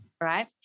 right